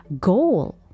goal